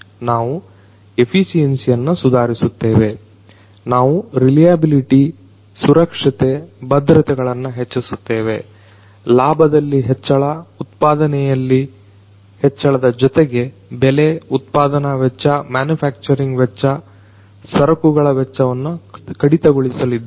ನಾವು ಎಫಿಸಿಯೆನ್ಸಿಯನ್ನ ಸುಧಾರಿಸುತ್ತೇವೆ ನಾವು ರಿಲಿಯಬಿಲಿಟಿ ಸುರಕ್ಷತೆ ಭದ್ರತೆಗಳನ್ನ ಹೆಚ್ಚಿಸುತ್ತೇವೆ ಲಾಭದಲ್ಲಿ ಹೆಚ್ಚಳ ಉತ್ಪಾದನೆಯಲ್ಲಿ ಹೆಚ್ಚಳದ ಜೊತೆಗೆ ಬೆಲೆ ಉತ್ಪಾದನಾ ವೆಚ್ಚ ಮ್ಯನುಫ್ಯಾಕ್ಚರಿಂಗ್ ವೆಚ್ಚ ಸರುಕುಗಳ ವೆಚ್ಚಗಳನ್ನ ಕಡಿತಗೊಳಿಸಲಿದ್ದೇವೆ